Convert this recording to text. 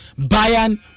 Bayern